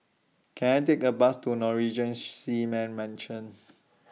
Can I Take A Bus to Norwegian Seamen's Mission